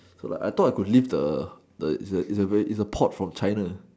I thought I could leave the the is a port from China